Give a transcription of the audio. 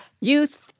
youth